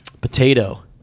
potato